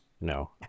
No